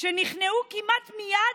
שנכנעו כמעט מייד,